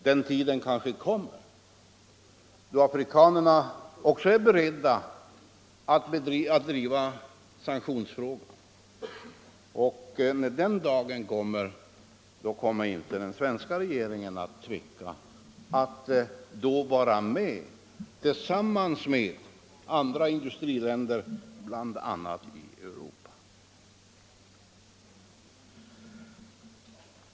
Den tiden kanske kommer då afrikanerna också är beredda att driva sanktionsfrågan. Och då kommer inte den svenska regeringen att tveka om att vara med tillsammans med bl.a. andra industriländer i Europa.